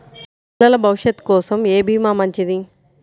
పిల్లల భవిష్యత్ కోసం ఏ భీమా మంచిది?